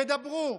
תדברו,